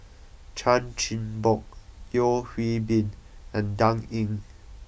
Chan Chin Bock Yeo Hwee Bin and Dan Ying